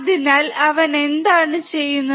അതിനാൽ അവൻ എന്താണ് ചെയ്യുന്നത്